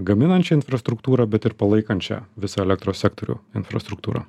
gaminančią infrastruktūrą bet ir palaikančią visą elektros sektorių infrastruktūrą